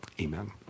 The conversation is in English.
Amen